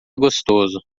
gostoso